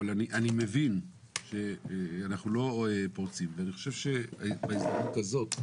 אבל אני מבין שאנחנו לא פורצים ואני חושב שבהזדמנות הזאת,